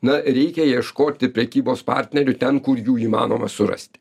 na reikia ieškoti prekybos partnerių ten kur jų įmanoma surasti